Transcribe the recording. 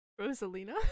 Rosalina